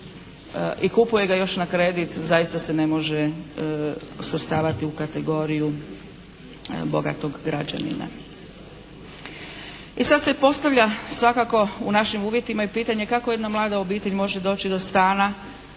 i kupuje ga još na kredit zaista se ne može svrstavati u kategoriju bogatog građanina. I sad se postavlja svakako u našim uvjetima i pitanje kako jedna mlada obitelj može doći do stana